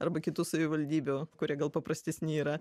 arba kitų savivaldybių kurie gal paprastesni yra